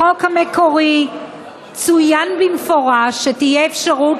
בחוק המקורי צוין במפורש שתהיה אפשרות